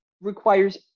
requires